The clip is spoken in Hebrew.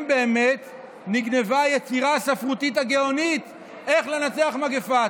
באמת נגנבה היצירה הספרותית הגאונית "איך לנצח מגפה".